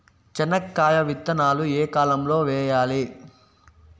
చెనక్కాయ విత్తనాలు ఏ కాలం లో వేయాలి?